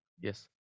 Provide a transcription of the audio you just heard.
Yes